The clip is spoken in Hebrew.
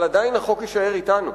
אבל עדיין החוק יישאר אתנו.